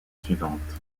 suivante